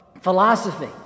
philosophy